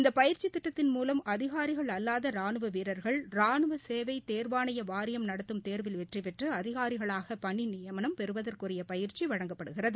இந்த பயிற்சித் திட்டத்தின் மூவம் அதிகாரிகள் அல்லாத ரானுவ வீரர்கள் ரானுவ சேவை தேர்வாணை வாரியம் நடத்தும் தேர்வில் வெற்றிபெற்று அதிகாரிகளாக பணி நியமனம் பெறுவதற்குரிய பயிற்சி வழங்கப்படுகிறது